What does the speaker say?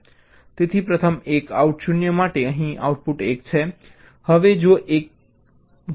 તેથી પ્રથમ એક આઉટ 0 માટે અહીં આઉટપુટ 1 છે